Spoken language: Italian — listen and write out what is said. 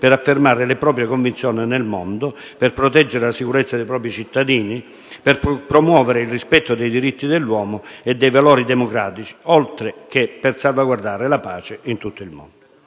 per affermare le proprie convinzioni nel mondo, per proteggere la sicurezza dei propri cittadini, per promuovere il rispetto dei diritti dell'uomo e dei valori democratici, oltre che per salvaguardare la pace in tutto il mondo.